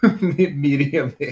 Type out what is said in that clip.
medium